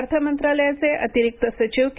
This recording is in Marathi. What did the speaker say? अर्थ मंत्रालयाचे अतिरिक्त सचिव के